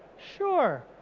sure.